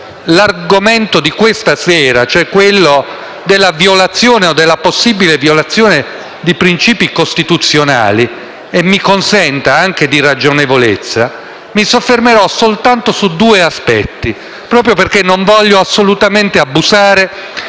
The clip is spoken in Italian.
l'argomento di questa sera, cioè quello della violazione o della possibile violazione di principi costituzionali e, mi consenta, anche di ragionevolezza, mi soffermerò soltanto su due aspetti, proprio perché non voglio assolutamente abusare